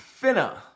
Finna